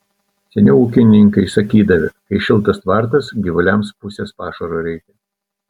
seniau ūkininkai sakydavę kai šiltas tvartas gyvuliams pusės pašaro reikia